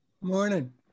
morning